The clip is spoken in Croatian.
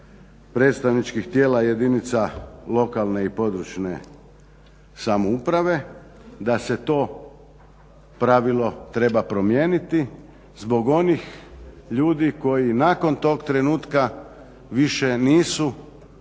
predstavničkih tijela jedinica lokalne i područne samouprave da se to pravilo treba primijeniti zbog onih ljudi koji nakon tog trenutka više nisu